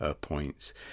points